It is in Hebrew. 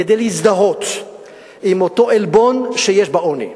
כדי להזדהות עם אותו עלבון שיש בעוני,